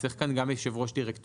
צריך כאן גם יושב-ראש דירקטוריון?